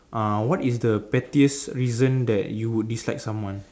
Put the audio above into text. uh what is the pettiest reason that you would dislike someone